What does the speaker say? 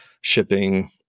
Shipping